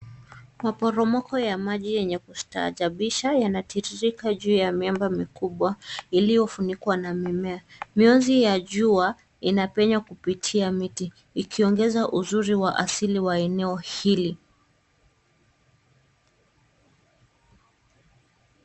Maporomoko ya maji yenye kustaajabisha yanatiririka juu ya miamba mikubwa, iliyofunikwa na mimea. Mionzi ya jua inapenya kupitia miti, ikiongeza uzuri wa asili wa eneo hili.